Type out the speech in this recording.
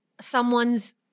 someone's